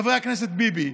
חבר הכנסת ביבי,